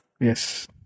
Yes